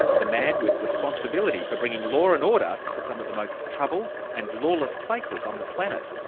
the man with responsibility for bringing law and order to some of the most troubled and lawless places on the planet.